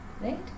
right